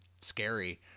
scary